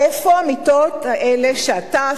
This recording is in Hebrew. איפה המיטות האלה שאתה,